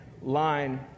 line